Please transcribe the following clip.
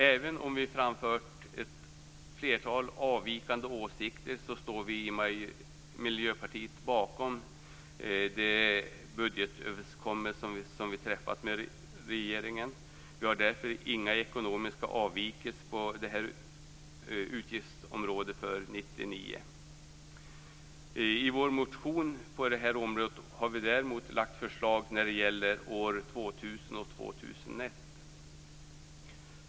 Även om vi framfört ett flertal avvikande åsikter står vi i Miljöpartiet bakom den budgetöverenskommelse som vi träffat med regeringen. Vi har därför inga ekonomiska avvikelser på det här utgiftsområdet för 1999. I vår motion när det gäller detta område har vi däremot framfört förslag när det gäller åren 2000 och 2001.